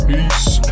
Peace